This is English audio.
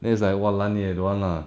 then it's like !wahlan! eh I don't want lah